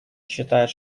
считает